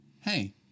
hey